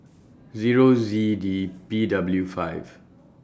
Zero Z D P W five